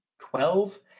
Twelve